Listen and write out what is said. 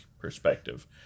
perspective